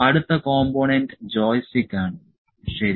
അടുത്ത component joystick ആണ് ശരി